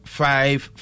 five